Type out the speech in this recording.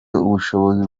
ubushobozi